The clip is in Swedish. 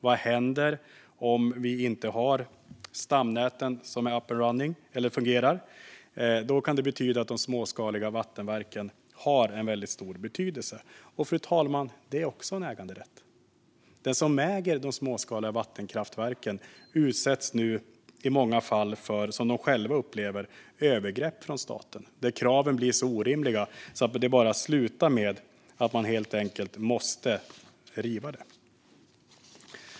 Vad händer om vi inte har stamnät som fungerar? Då kan det betyda att de småskaliga vattenkraftverken har en väldigt stor betydelse. Det är också en äganderätt, fru talman. Den som äger de småskaliga vattenkraftverken utsätts nu i många fall för, som de själva upplever det, övergrepp från staten. Kraven blir så orimliga att det bara slutar med att man helt enkelt måste riva dem.